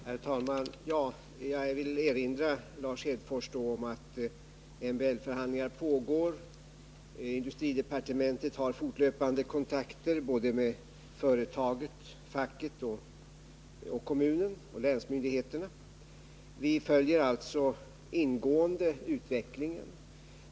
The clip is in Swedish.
Herr talman! Jag erinrar Lars Hedfors om att MBL-förhandlingar pågår. Industridepartementet har fortlöpande kontakter med företaget, facket, kommunen och länsmyndigheterna. Vi följer alltså uppmärksamt utvecklingen.